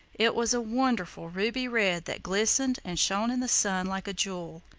it was a wonderful ruby-red that glistened and shone in the sun like a jewel.